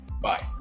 Bye